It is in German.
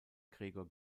gregor